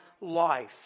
life